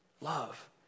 Love